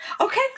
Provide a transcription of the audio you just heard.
Okay